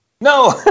No